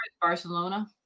Barcelona